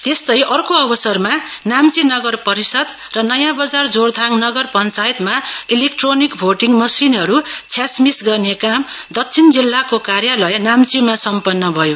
त्यस्तै अर्को अवसरमा नाम्ची नगर परिषद् र नयाँ बजार जोरथाङ नगर पञ्चायतमा इलेक्ट्रोनिक भोटिङ मशिनहरू छ्यासमिस गर्ने काम दक्षिण जिल्लाको कार्यलाय नाम्चीमा सम्पन्न भयो